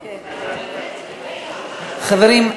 חברים,